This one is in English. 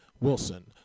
Wilson